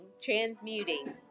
transmuting